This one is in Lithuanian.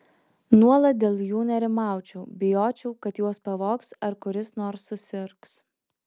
nuolat dėl jų nerimaučiau bijočiau kad juos pavogs ar kuris nors susirgs